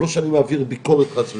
לא שאני מעביר ביקורת חס ושלום,